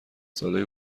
ساله